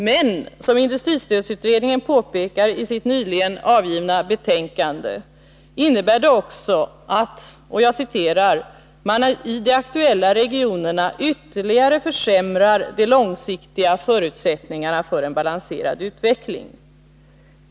Men som industristödsutredningen påpekar i sitt nyligen avgivna betänkande innebär det också ”att man i de aktuella regionerna ytterligare försämrar de långsiktiga förutsättningarna för en balanserad utveckling”.